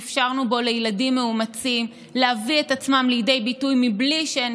שאפשרנו בו לילדים מאומצים להביא את עצמם לידי ביטוי בלי שהם